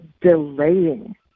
delaying